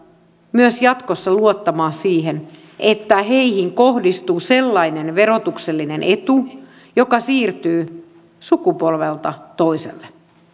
myös jatkossa luottamaan siihen että heihin kohdistuu sellainen verotuksellinen etu joka siirtyy sukupolvelta toiselle